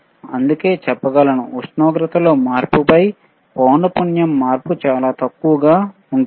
అందుకే చెప్పగలను ఉష్ణోగ్రతలో మార్పుకారణంగా పౌనపున్యం మార్పు చాలా తక్కువగా ఉంటుంది